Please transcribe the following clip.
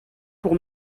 pour